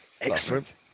excellent